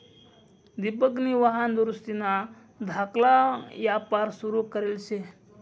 दिपकनी वाहन दुरुस्तीना धाकला यापार सुरू करेल शे